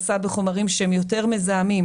חומרים שהם גם יותר מזהמים,